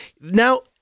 Now